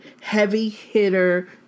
heavy-hitter